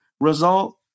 result